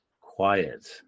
quiet